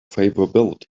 favorability